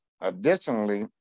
Additionally